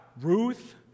Ruth